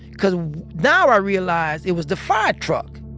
because now i realize it was the fire truck,